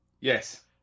yes